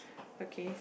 okay